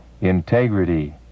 integrity